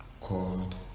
called